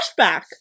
Flashback